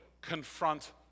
confront